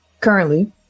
currently